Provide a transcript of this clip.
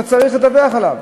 אתה צריך לדווח על כך.